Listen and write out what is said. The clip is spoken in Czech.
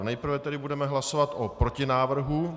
Nejprve tedy budeme hlasovat o protinávrhu...